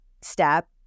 step